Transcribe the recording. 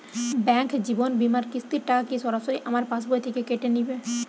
Bank জীবন বিমার কিস্তির টাকা কি সরাসরি আমার পাশ বই থেকে কেটে নিবে?